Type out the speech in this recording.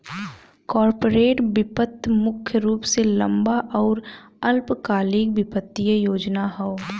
corporate वित्त मुख्य रूप से लंबा आउर अल्पकालिक वित्तीय योजना हौ